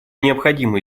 необходимо